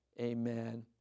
amen